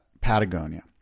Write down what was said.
Patagonia